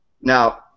Now